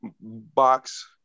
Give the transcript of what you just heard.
box